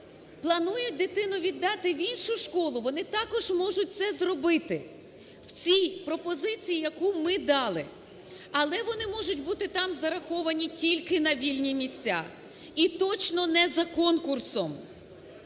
планують дитину віддати в іншу школу, вони також можуть це зробити в цій пропозиції, яку ми дали, але вони можуть бути там зараховані тільки на вільні місця і точно не за конкурсом.